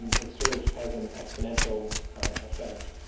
it's sort of has an exponential effect.